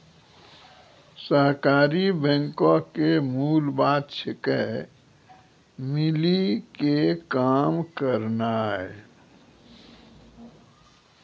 सहकारी बैंको के मूल बात छिकै, मिली के काम करनाय